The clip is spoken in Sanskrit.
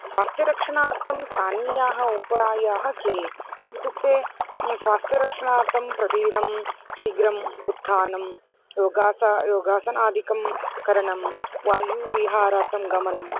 स्वास्थ्यरक्षणार्थं स्थानीयाः उपायाः के इत्युक्ते स्वास्थ्यरक्षणार्थं प्रतिदिनं शीघ्रम् उत्थानं योगासनं योगासनादिकं करणं वायुविहारार्थं गमनम्